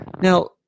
now